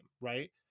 right